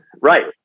right